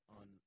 on